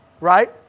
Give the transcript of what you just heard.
Right